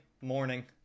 morning